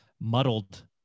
muddled